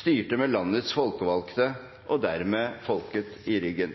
styrte med landets folkevalgte – og dermed folket – i ryggen.